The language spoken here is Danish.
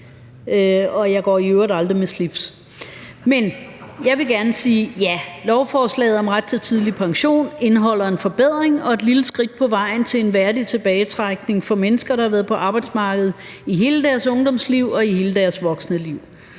jeg går i øvrigt aldrig med slips. Men jeg vil gerne sige, at ja, lovforslaget om ret til tidlig pension indeholder en forbedring og et lille skridt på vejen til en værdig tilbagetrækning for mennesker, der har været på arbejdsmarkedet i hele deres ungdomsliv og i hele deres voksenliv.